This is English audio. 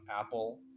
Apple